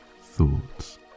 thoughts